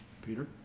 Peter